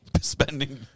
spending